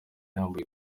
yambaye